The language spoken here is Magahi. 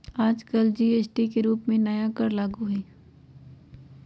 आजकल जी.एस.टी के रूप में नया कर लागू हई